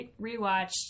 rewatched